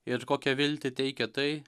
ir kokią viltį teikė tai